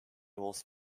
was